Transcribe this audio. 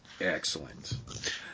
Excellent